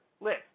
list